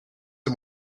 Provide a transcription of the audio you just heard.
and